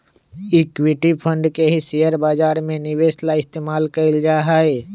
equity fund के ही share बाजार में निवेश ला इस्तेमाल कइल जाहई